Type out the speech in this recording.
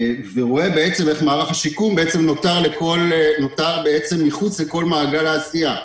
ורואה איך מערך השיקום נותר בעצם מחוץ לכל מעגל העשייה.